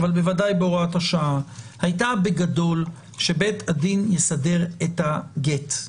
אבל בוודאי בהוראת השעה הייתה בגדול שבית הדין יסדר את הגט.